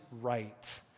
right